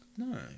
No